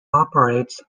operates